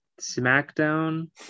Smackdown